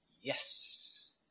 yes